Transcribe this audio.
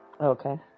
Okay